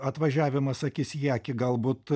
atvažiavimas akis į akį galbūt